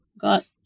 got